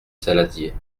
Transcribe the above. saladier